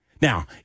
Now